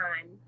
time